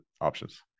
options